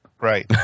Right